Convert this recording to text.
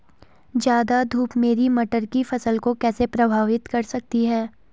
ज़्यादा धूप मेरी मटर की फसल को कैसे प्रभावित कर सकती है?